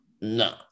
no